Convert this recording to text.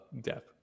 death